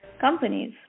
companies